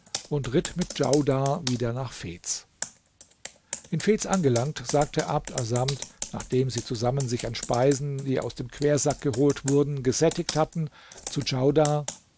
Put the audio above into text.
und ritt mit djaudar wieder nach fez in fez angelangt sagte abd assamd nachdem sie zusammen sich an speisen die aus dem quersack geholt wurden gesättigt hatten zu djaudar